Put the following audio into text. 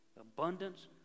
abundance